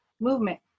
movement